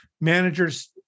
managers